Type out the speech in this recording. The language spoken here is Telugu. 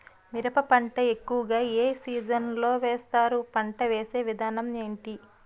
మిరప పంట ఎక్కువుగా ఏ సీజన్ లో వేస్తారు? పంట వేసే విధానం ఎంటి?